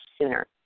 sooner